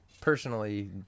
personally